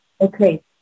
Okay